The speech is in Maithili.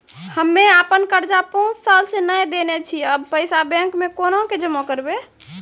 हम्मे आपन कर्जा पांच साल से न देने छी अब पैसा बैंक मे कोना के जमा करबै?